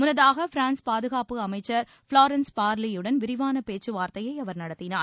முன்னதாக பிரான்ஸ் பாதுகாப்பு அமைச்சர் பிளாரன்ஸ் பார்லியுடன் விரிவான பேச்சுவார்த்தையை அவர் நடத்தினார்